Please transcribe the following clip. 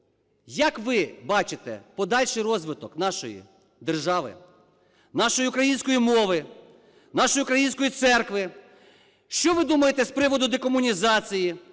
як ви бачите подальший розвиток нашої держави, нашої української мови, нашої української церкви, що ви думаєте з приводу декомунізації,